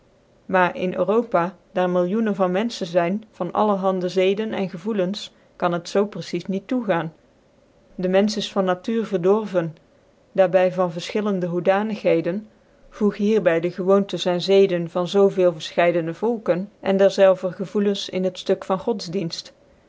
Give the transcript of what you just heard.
maar jn europa daar milioencn van menfehen zyn van allerhande zeden en gevoelens kan het zoo precies niet toegaan be mcnfch is van natuur verdorven daar by van vcrfchillcndc hoedanigheden voeg hier by dz ccwoontens cn zeden van zoo veel vecichcidc volkeren cn dcrzclvcr gevoelens in het ftuk van godsdicnft